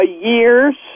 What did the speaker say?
Years